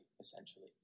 essentially